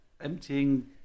emptying